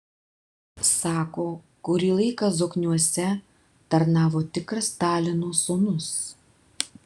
sako kurį laiką zokniuose tarnavo tikras stalino sūnus